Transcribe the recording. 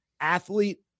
athlete